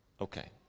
Okay